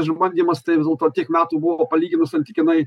išbandymas tai vis dėlto tiek metų buvo palyginus santykinai